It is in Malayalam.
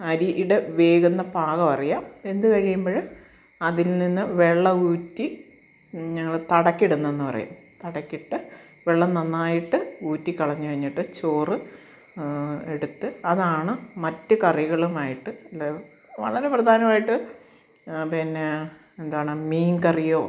അരിയുടെ വേകുന്ന പാകം അറിയാം വെന്തു കഴിയുമ്പോൾ അതിൽ നിന്നു വെള്ളം ഊറ്റി ഞങ്ങൾ തടക്കിടുന്നെന്നു പറയും തടക്കിട്ടു വെള്ളം നന്നായിട്ട് ഊറ്റി കളഞ്ഞു കഴിഞ്ഞിട്ടു ചോറ് എടുത്ത് അതാണ് മറ്റു കറികളുമായിട്ട് ഇതു വളരെ പ്രധാനമായിട്ട് പിന്നെ എന്താണ് മീൻ കറിയോ